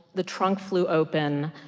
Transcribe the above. the trunk flew open.